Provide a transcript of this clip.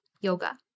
yoga